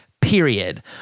period